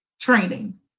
training